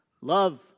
love